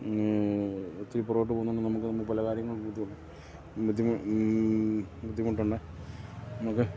ഒത്തിരി പുറകോട്ട് പോകുന്നുണ്ട് നമുക്ക് പല കാര്യങ്ങൾ ബദ്ധിമുട്ട് ബുദ്ധിമുട്ടുണ്ട് നമുക്ക്